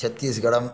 छत्त्तिस्गडं